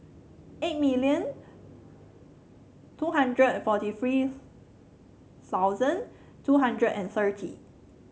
eight million two hundred and forty three thousand two hundred and thirty